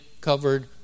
covered